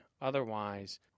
otherwise